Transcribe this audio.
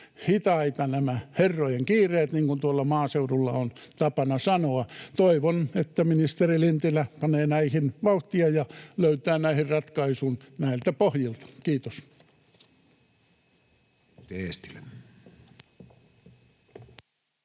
ovat olleet hitaita, niin kuin tuolla maaseudulla on tapana sanoa. Toivon, että ministeri Lintilä panee näihin vauhtia ja löytää näihin ratkaisun näiltä pohjilta. — Kiitos.